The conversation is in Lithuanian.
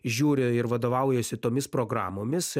žiūri ir vadovaujiesi tomis programomis